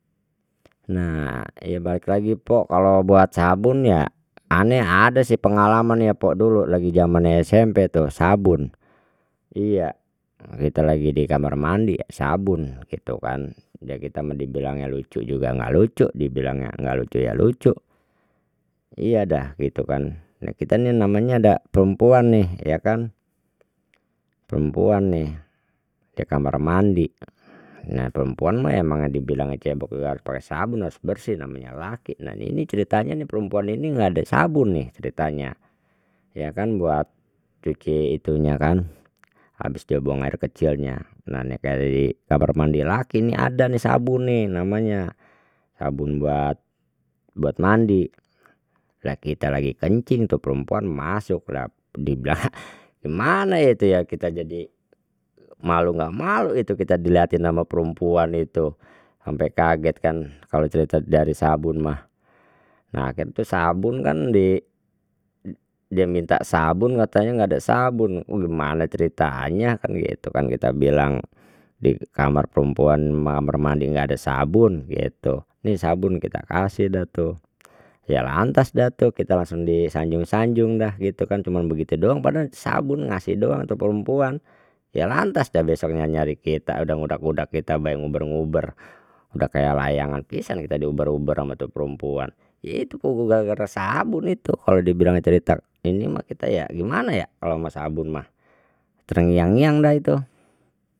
Nah ya balik lagi pok kalau buat sabun ya ane ada si pengalaman ya pok dulu lagi jamannya SMP tuh sabun iya kita lagi di kamar mandi sabun gitu kan, ya kita mau dibilangnya lucu juga enggak lucu dibilangnya enggak lucu ya lucu, iya dah gitu kan nah kita nih namanya da perempuan nih ya kan perempuan nih di kamar mandi, nah perempuan mah emangnya dibilangnya cebok juga pakai sabun harus bersih namanya laki dan ini ceritanya ini perempuan ini enggak ada sabun nih ceritanya ya kan buat cuci itunya kan habis dia buang air kecilnya kamar mandi laki ini ada nih sabun nih namanya sabun buat buat mandi lah kita lagi kencing tu perempuan masuk lah di belakang gimana itu ya kita jadi malu enggak malu itu kita dilihatin sama perempuan itu sampai kaget kan kalau cerita dari sabun mah, nah akhirnya tuh sabun kan di dia minta sabun katanya enggak ada sabun gimana ceritanya kan gitu kan kita bilang di kamar perempuan kamar mandi enggak ada sabun gitu nih sabun kita kasih dah tuh ya lantas dah tu kita langsung disanjung sanjung dah gitu kan cuma begitu doang padahal sabun ngasih doang tu perempuan ya lantas deh besoknya nyari kita udah ngudak ngudak kita ampe nguber nguber sudah kayak layangan pisan kita diuber uber ama tuh perempuan ya itu puguh gara gara sabun itu kalau dibilang cerita ini mah kita ya gimana ya kalau ama sabun mah terngiang ngiang dah itu.